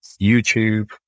YouTube